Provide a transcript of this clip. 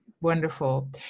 wonderful